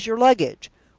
where is your luggage?